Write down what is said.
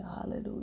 hallelujah